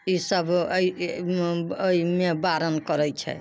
ई सब अइ अइमे बारन करै छै